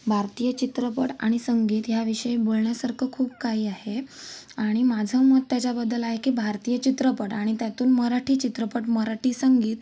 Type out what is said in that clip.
भारतीय चित्रपट आणि संगीत ह्याविषयी बोलण्यासारखं खूप काही आहे आणि माझं मत त्याच्याबद्दल आहे की भारतीय चित्रपट आणि त्यातून मराठी चित्रपट मराठी संगीत